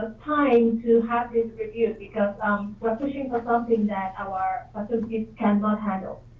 time to have this reviewed because um we're pushing for something that our associates cannot handle.